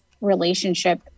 relationship